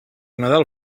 nadal